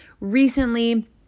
recently